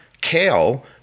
kale